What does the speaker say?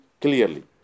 clearly